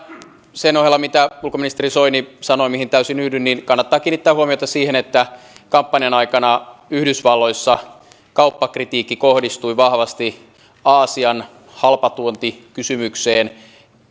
sen ohella mitä ulkoministeri soini sanoi mihin täysin yhdyn kannattaa kiinnittää huomiota siihen että kampanjan aikana yhdysvalloissa kauppakritiikki kohdistui vahvasti aasian halpatuontikysymykseen